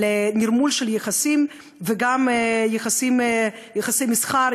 על נרמול של יחסים וגם יחסי מסחר,